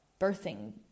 birthing